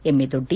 ಎಮ್ಮೆದೊಡ್ಡಿ